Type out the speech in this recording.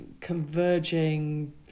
converging